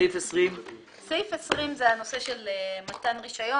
סעיף 20. סעיף 20 הוא הנושא של מתן רישיון.